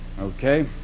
Okay